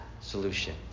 solution